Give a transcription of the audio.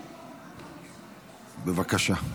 בבקשה.